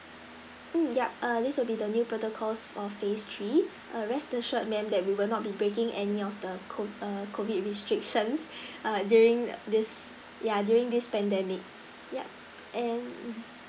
mm yup err this would be the new protocols of phase three err rest assured ma'am that we will not be breaking any of the cov~ err COVID restrictions err during this yeah during this pandemic yup and